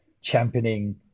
championing